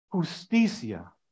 justicia